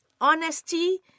honesty